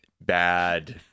bad